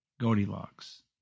Goldilocks